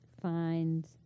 find